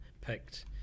picked